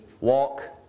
walk